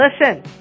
listen